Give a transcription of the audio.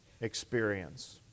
experience